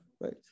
Right